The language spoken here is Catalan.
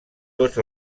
tots